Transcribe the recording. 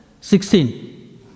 Sixteen